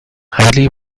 highly